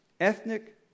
ethnic